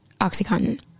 Oxycontin